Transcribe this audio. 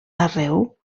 arreu